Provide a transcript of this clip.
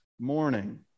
morning